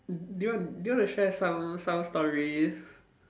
do you want do you want to share some some stories